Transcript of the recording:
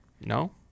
No